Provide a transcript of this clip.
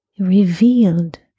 revealed